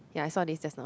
ya I saw this just now